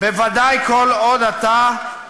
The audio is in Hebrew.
בוודאי כל עוד אתם,